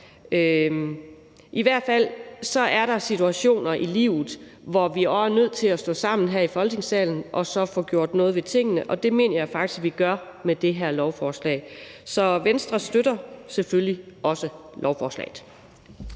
I hvert fald er der situationer i livet, hvor vi også er nødt til at stå sammen her i Folketingssalen og så få gjort noget ved tingene, og det mener jeg faktisk vi gør med det her lovforslag. Så Venstre støtter selvfølgelig også lovforslaget.